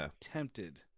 tempted